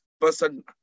person